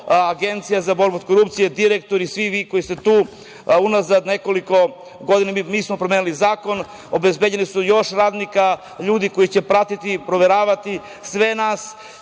Agencija za borbu protiv korupcije, direktori, svi vi koji ste tu, unazad nekoliko godina, mi smo promenili zakon, obezbeđeno je još radnika, ljudi koji će pratiti, proveravati sve nas,